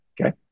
Okay